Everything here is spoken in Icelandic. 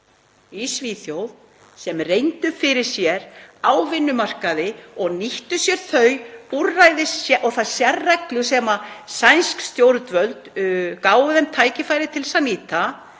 Svíþjóð sem reyndu fyrir sér á vinnumarkaði og nýttu sér þau úrræði og þær sérreglur sem sænsk stjórnvöld gáfu þeim tækifæri til þess að